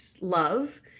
love